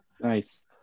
nice